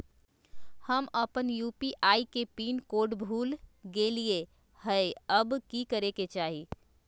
हम अपन यू.पी.आई के पिन कोड भूल गेलिये हई, अब की करे के चाही?